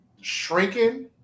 Shrinking